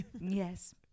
Yes